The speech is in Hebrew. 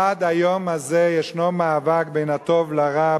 עד היום הזה יש מאבק בין הטוב לרע,